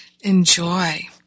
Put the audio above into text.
enjoy